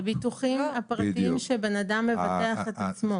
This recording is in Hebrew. זה ביטוחים פרטיים שבן אדם מבטח את עצמו.